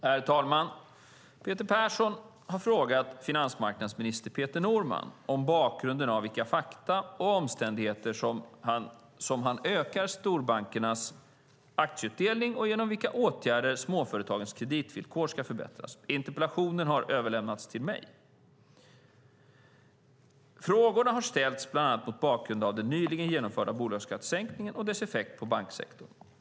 Herr talman! Peter Persson har frågat finansmarknadsminister Peter Norman mot bakgrund av vilka fakta och omständigheter han ökar storbankernas aktieutdelning och genom vilka åtgärder småföretagens kreditvillkor ska förbättras. Interpellationen har överlämnats till mig. Frågorna ställs bland annat mot bakgrund av den nyligen genomförda bolagsskattesänkningen och dess effekt för banksektorn.